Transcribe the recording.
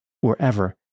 wherever